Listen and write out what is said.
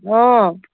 অঁ